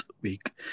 week